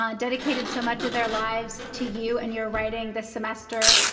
um dedicated so much of their lives to you and your writing this semester,